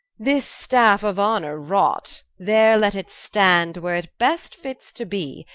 this staffe of honor raught, there let it stand, where it best fits to be,